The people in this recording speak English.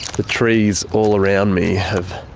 the trees all around me have